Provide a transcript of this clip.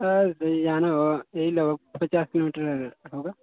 sir जाना वह यही लगभग पचास किलोमीटर होगा